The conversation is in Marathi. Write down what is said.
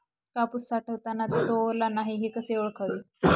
कापूस साठवताना तो ओला नाही हे कसे ओळखावे?